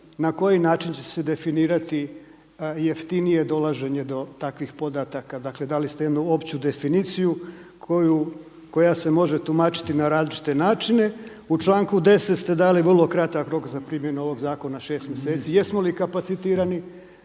na koji način će se definirati jeftinije dolaženje do takvih podataka. Dakle, dali ste jednu opću definiciju koja se može tumačiti na različite načine. U članku 10. ste dali vrlo kratak rok za primjenu ovoga zakona 6 mjeseci. Jesmo li kapacitirani